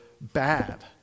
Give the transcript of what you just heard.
bad